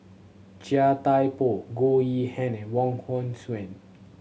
Chia Thye Poh Goh Yihan and Wong Hong Suen